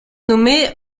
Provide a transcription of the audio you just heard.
nommé